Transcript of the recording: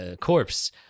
corpse